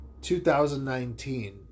2019